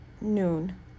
noon